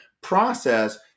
process